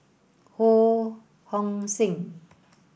Ho Hong Sing